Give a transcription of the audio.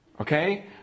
Okay